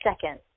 second